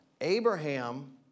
Abraham